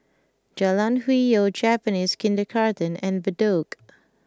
Jalan Hwi Yoh Japanese Kindergarten and Bedok